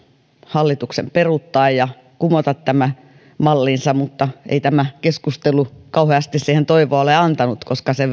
hallituksen peruuttaa ja kumota tämä mallinsa mutta ei tämä keskustelu kauheasti siihen toivoa ole antanut sen